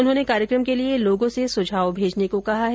उन्होंने कार्यक्रम के लिए लोगों से सुझाव भेजने को कहा है